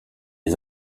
des